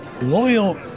Loyal